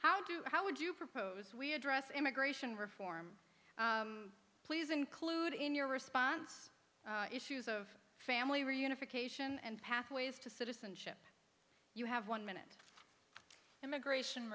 how do how would you propose we address immigration reform please include in your response issues of family reunification and pathways to citizenship you have one minute immigration